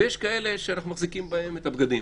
ויש כאלה שאנחנו מחזיקים בהם את הבגדים.